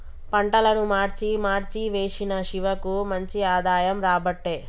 పంటలను మార్చి మార్చి వేశిన శివకు మంచి ఆదాయం రాబట్టే